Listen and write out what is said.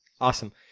Awesome